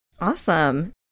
Awesome